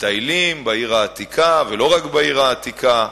מטיילים בעיר העתיקה, ולא רק בעיר העתיקה.